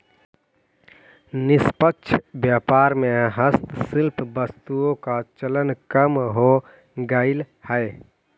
निष्पक्ष व्यापार में हस्तशिल्प वस्तुओं का चलन कम हो गईल है